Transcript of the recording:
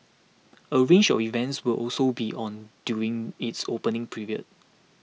a range of events will also be on during its opening period